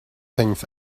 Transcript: things